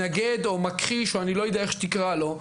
מתנגד או מכחיש או אני לא יודע איך שתקרא לו,